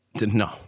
No